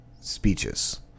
speeches